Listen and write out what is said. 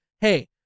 hey